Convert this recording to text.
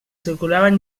circulaven